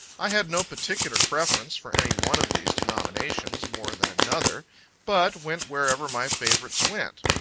i had no particular preference for any one of these denominations, more than another but, went wherever my favorites went.